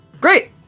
Great